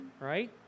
right